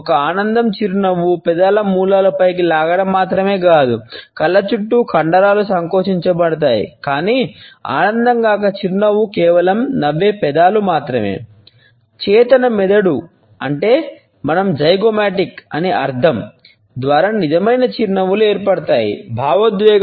ఒక ఆనందం చిరునవ్వు పెదాల మూలలు పైకి లాగడం మాత్రమే కాదు కళ్ళ చుట్టూ కండరాలు సంకోచించబడతాయి కాని ఆనందం కాని చిరునవ్వు కేవలం నవ్వే పెదవులు మాత్రమే